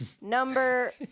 number